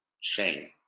Shame